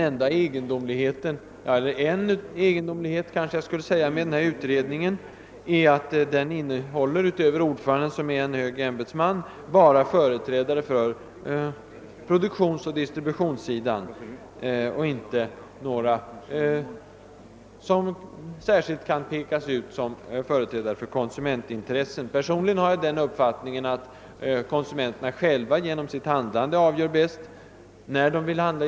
En egendomlighet med utredningen är att den utöver ordföranden, som är en hög ämbetsman, bara innehåller företrädare för produktionsoch distributionssidan och inte någon som särskilt kan utpekas som företrädare för konsumentintressen. Personligen har jag uppfattningen att konsumenterna själva genom sin efterfrågan bäst visar när de vill handla.